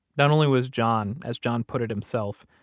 not only was john, as john put it himself,